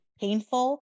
painful